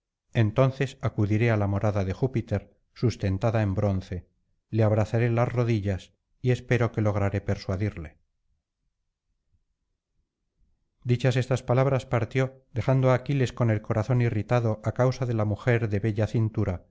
entonces acudiré á la morada de júpiter sustentada en bronce le abrazaré las rodillas y espero que lograré persuadirle dichas estas palabras partió dejando á aquiles con el corazón irritado á causa de la mujer de